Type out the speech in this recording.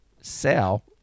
sell